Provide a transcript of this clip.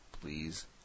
Please